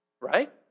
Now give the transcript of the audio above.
right